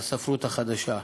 לספרות החדשה.